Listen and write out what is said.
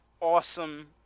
awesome